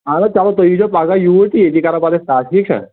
اوا چلو تُہۍ ییٖزیٚو پگاہ یوٗرۍ تہِ ییٚتی کرو پتہٕ أسۍ کتھ ٹھیٖک چھا